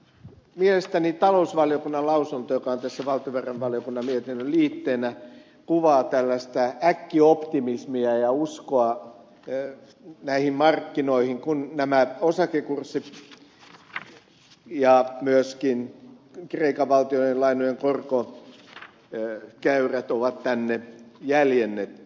mielestäni talousvaliokunnan lausunto joka on tässä valtiovarainvaliokunnan mietinnön liitteenä kuvaa tällaista äkkioptimismia ja uskoa näihin markkinoihin kun nämä osakekurssit ja myöskin kreikan valtionlainojen korkokäyrät on tänne jäljennetty